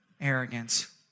Arrogance